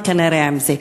כנראה את מסכימה לזה.